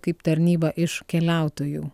kaip tarnyba iš keliautojų